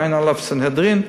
ע"א סנהדרין,